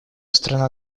страна